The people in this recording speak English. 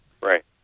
right